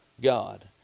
God